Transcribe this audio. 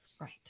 Right